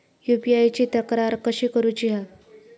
UPI ची तक्रार कशी करुची हा?